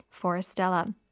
Forestella